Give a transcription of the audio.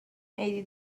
عیدی